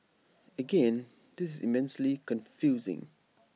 again this is immensely confusing